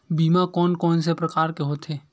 बीमा कोन कोन से प्रकार के होथे?